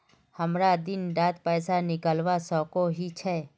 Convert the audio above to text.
हमरा दिन डात पैसा निकलवा सकोही छै?